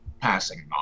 passing